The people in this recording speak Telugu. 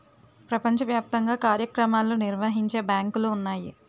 ప్రపంచ వ్యాప్తంగా కార్యక్రమాలు నిర్వహించే బ్యాంకులు ఉన్నాయి